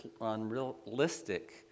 unrealistic